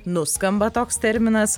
nuskamba toks terminas